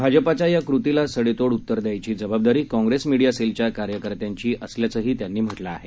भाजपाच्या या कृतीला सडेतोड उत्तर द्यायची जबाबदारी काँग्रेस मिडिया सेलच्या कार्यकर्त्यांची असल्याचंही त्यांनी म्हटलं आहे